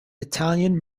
italian